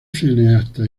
cineastas